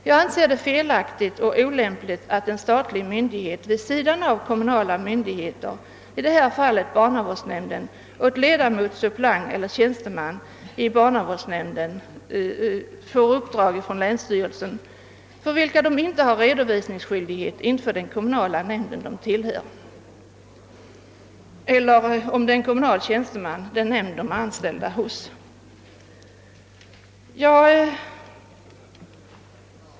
Jag anser det felaktigt och olämpligt att en statlig myndighet vid sidan om kommunala myndigheter, i detta fall barnavårdsnämnden, ger ledamot, suppleant eller tjänsteman i barnavårdsnämnden uppdrag för vilka de inte har redovisningsskyldighet för den kommunala nämnd de tillhör eller är anställda hos.